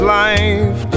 life